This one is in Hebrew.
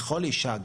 בכל אישה,